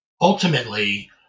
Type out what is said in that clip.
ultimately